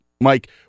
Mike